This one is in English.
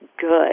good